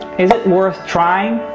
is it worth trying?